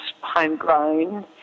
homegrown